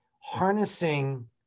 harnessing